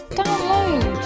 download